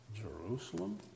jerusalem